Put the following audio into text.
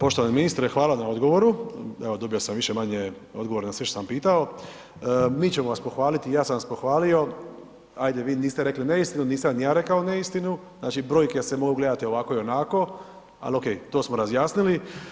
Poštovani ministre, hvala na odgovoru, evo dobio sam više-manje odgovor na sve što sam pitao, mi ćemo vas pohvaliti i ja sam vas pohvalio, ajde vi niste rekli neistinu, nisam ni ja rekao neistinu, znači brojke se mogu gledati ovako i onako, ali ok, to smo razjasnili.